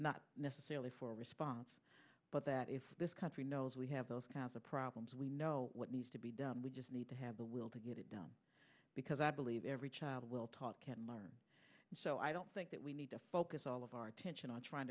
not necessarily for response but that if this country knows we have those kinds of problems we know what needs to be done we just need to have the will to get it done because i believe every child will talk so i don't think that we need to focus all of our attention on trying